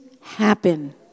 happen